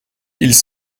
ils